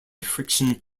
friction